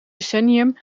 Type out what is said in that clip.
decennium